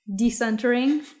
Decentering